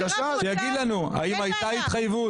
בבקשה, שיגיד לנו האם הייתה התחייבות